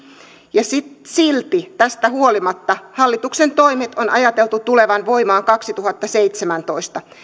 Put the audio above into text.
ja silti tästä huolimatta hallituksen toimien on ajateltu tulevan voimaan kaksituhattaseitsemäntoista